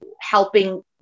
helping